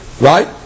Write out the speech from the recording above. Right